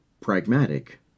pragmatic